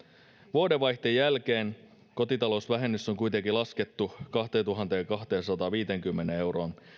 vuodenvaihteen jälkeen kotitalousvähennys on kuitenkin laskettu kahteentuhanteenkahteensataanviiteenkymmeneen euroon